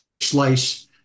slice